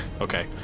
Okay